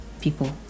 people